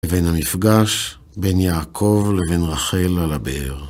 לבין המפגש בין יעקב לבין רחל על הבאר.